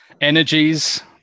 energies